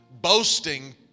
boasting